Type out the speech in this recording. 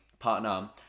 partner